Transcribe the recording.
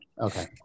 Okay